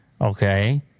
Okay